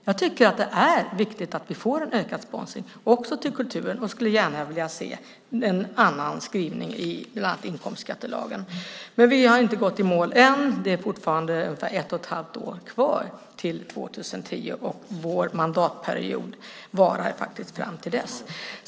Jag tycker att det är viktigt att vi får en ökad sponsring också till kulturen och skulle gärna vilja se en annan skrivning i bland annat inkomstskattelagen. Men vi har inte gått i mål än. Det är fortfarande ett och ett halvt år kvar till 2010, och vår mandatperiod varar faktiskt fram till dess.